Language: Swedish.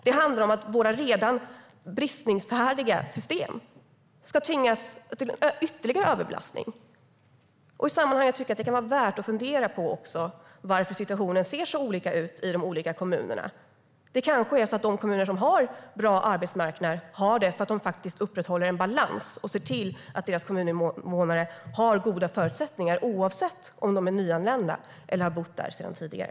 Det handlar om att våra system, som redan är på bristningsgränsen, ska tvingas till ytterligare överbelastning. I sammanhanget tycker jag att det också kan vara värt att fundera på varför situationen ser så olika ut i de olika kommunerna. Det kanske är så att de kommuner som har en bra arbetsmarknad har det för att de upprätthåller en balans och ser till att deras kommuninvånare har goda förutsättningar oavsett om de är nyanlända eller har bott där sedan tidigare.